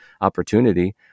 opportunity